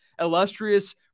illustrious